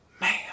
Man